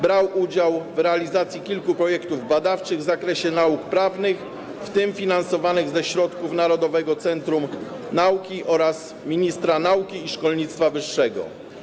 Brał udział w realizacji kilku projektów badawczych w zakresie nauk prawnych, w tym finansowanych ze środków Narodowego Centrum Nauki oraz ministra nauki i szkolnictwa wyższego.